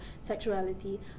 sexuality